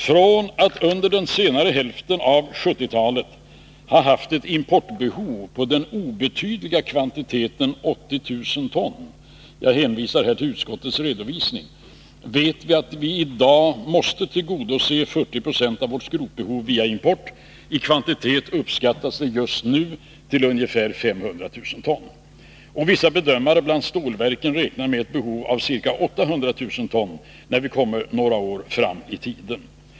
Från att under senare hälften av 1970-talet ha haft ett importbehov på den obetydliga kvantiteten 80 000 ton — jag hänvisar här till utskottets redovisningvet vi att vi i dag måste tillgodose 40 26 av vårt skrotbehov via import; i kvantitet uppskattas det just nu till ungefär 500 000 ton. Vissa bedömare bland stålverken räknar med ett behov på ca 800 000 ton, när vi kommer några år framåt i tiden.